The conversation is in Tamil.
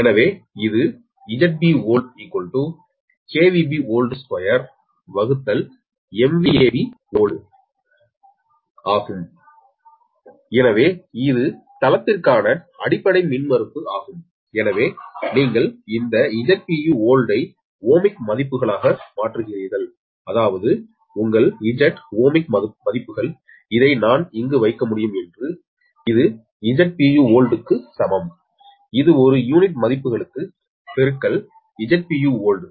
எனவே இது எனவே இது பழைய தளத்திற்கான அடிப்படை மின்மறுப்பு ஆகும் எனவே நீங்கள் இந்த Zpu old ஐ ஓமிக் மதிப்புகளாக மாற்றுகிறீர்கள் அதாவது உங்கள் Z ஓமிக் மதிப்புகள் இதை நான் வைக்க முடியும் இது Zpu oldக்கு சமம் இது ஒரு யூனிட் மதிப்புகளுக்கு பெருக்கல் Zpuold